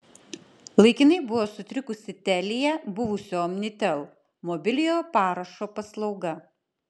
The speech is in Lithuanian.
laikinai buvo sutrikusi telia buvusio omnitel mobiliojo parašo paslauga